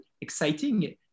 exciting